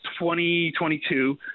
2022